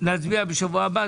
להצביע בשבוע הבא.